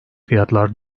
fiyatlar